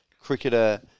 cricketer